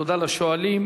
תודה לשואלים.